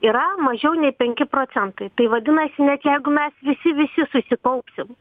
yra mažiau nei penki procentai tai vadinasi net jeigu mes visi visi susikaupsim